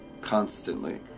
constantly